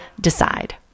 decide